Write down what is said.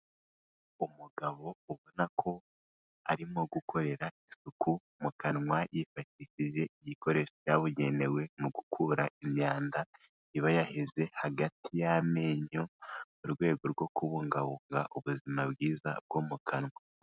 Umugabo ubona ko arimo gukorera isuku mu kanwa, yifashishije igikoresho cyabugenewe mu gukura imyanda iba yaheze hagati y'amenyo, mu rwego rwo kubungabunga ubuzima bwiza bwo mu kanwa.